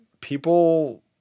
people